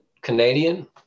Canadian